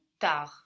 tard